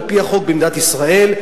על-פי החוק במדינת ישראל,